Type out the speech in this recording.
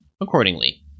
Accordingly